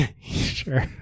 sure